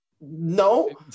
no